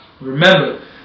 Remember